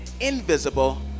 invisible